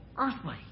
Earthly